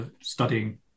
studying